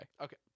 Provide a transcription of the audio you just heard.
Okay